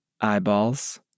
eyeballs